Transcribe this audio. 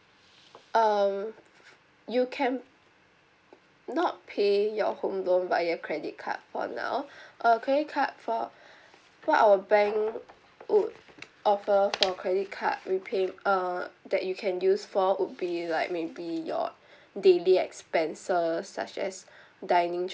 err you can not pay your home loan via credit card for now uh credit card for what our bank would offer for credit card repay um that you can use for would be like maybe your daily expenses such as dining